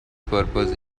purpose